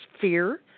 fear